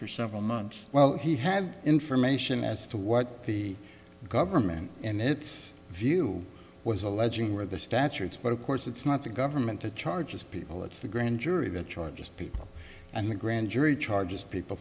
for several months well he had information as to what the government and its view was alleging were the statutes but of course it's not the government to charges people it's the grand jury that charges people and the grand jury charges people